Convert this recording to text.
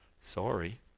sorry